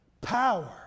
Power